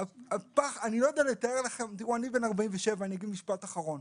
אגיד משפט אחרון: